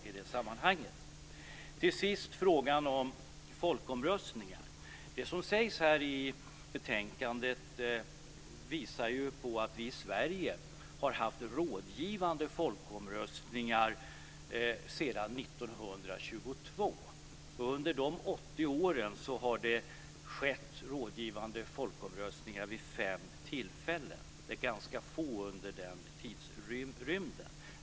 När det gäller frågan om folkomröstningar har vi i Sverige haft rådgivande sådana sedan 1922. Under dessa år har det hållits rådgivande folkomröstningar vid fem tillfällen. Det är ganska få under den tidsrymden.